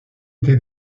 été